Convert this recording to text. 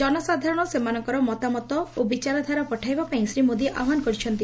ଜନସାଧାରଣ ସେମାନଙ୍କର ମତାମତ ଓ ବିଚାରଧାରା ପଠାଇବାପାଇଁ ଶ୍ରୀ ମୋଦି ଆହ୍ବାନ କରିଛନ୍ତି